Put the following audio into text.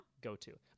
go-to